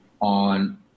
on